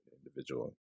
individual